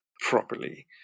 properly